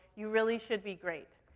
you really should be great.